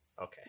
okay